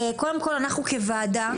קודם כל אנחנו כוועדה,